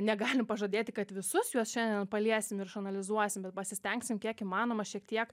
negalim pažadėti kad visus juos šiandien paliesim ir išanalizuosim bet pasistengsim kiek įmanoma šiek tiek